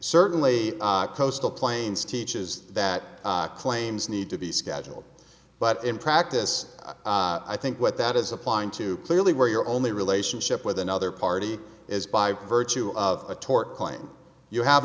certainly coastal plains teaches that claims need to be scheduled but in practice i think what that is applying to clearly where your only relationship with another party is by virtue of a tort claim you have